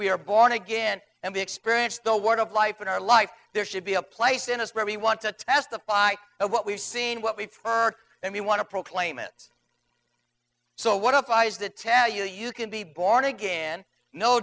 we are born again and we experience the word of life in our life there should be a place in us where we want to testify of what we've seen what we've heard and we want to proclaim it so what if eyes that tell you you can be born again no